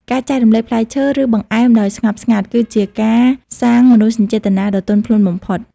ការចែករំលែកផ្លែឈើ ឬបង្អែមដោយស្ងប់ស្ងាត់ គឺជាការសាងមនោសញ្ចេតនាដ៏ទន់ភ្លន់បំផុត។